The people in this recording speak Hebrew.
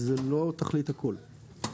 זו לא תכלית הכל.